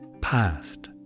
past